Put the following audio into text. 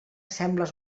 sembles